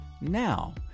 now